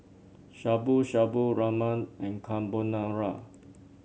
Shabu Shabu Ramen and Carbonara